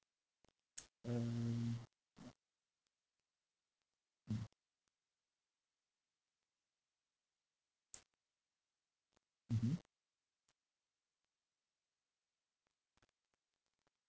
um mm mmhmm